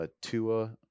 Tua